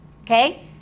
Okay